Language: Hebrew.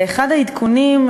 אחד העדכונים,